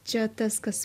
čia tas kas